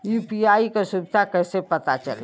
UPI क सुविधा कैसे पता चली?